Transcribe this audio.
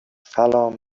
سلام